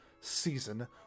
season